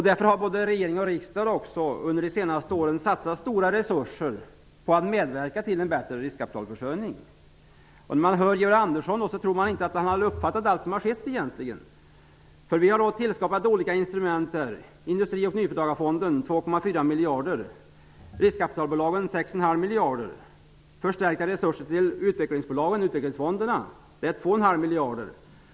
Därför har både regering och riksdag under de senaste året satsat stora resurser på att medverka till en bättre riskkapitalförsörjning. När man hör Georg Andersson tror man att han inte har uppfattat allt som har skett. Vi har tillskapat olika instrument: Industri och nyföretagarfonden 2,4 miljarder, riskkapitalbolagen 6,5 miljarder, förstärkta resurser till utvecklingsbolagen och utvecklingfonderna 2,5 miljarder.